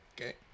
Okay